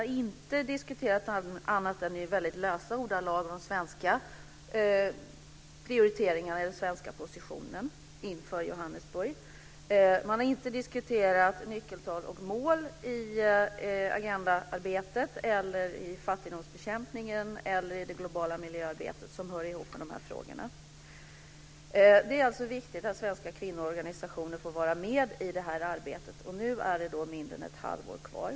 Man har inte diskuterat annat än i väldigt lösa ordalag prioriteringarna i den svenska positionen inför Johannesburg. Man har inte diskuterat nyckeltal och mål i Agendaarbetet, i fattigdomsbekämpningen eller i det globala miljöarbete som hör ihop med de här frågorna. Det är viktigt att svenska kvinnoorganisationer får vara med i det här arbetet, och nu är det mindre än ett halvår kvar.